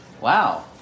Wow